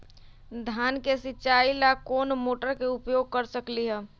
धान के सिचाई ला कोंन मोटर के उपयोग कर सकली ह?